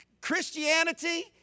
Christianity